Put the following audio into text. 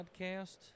Podcast